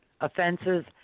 offenses